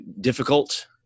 difficult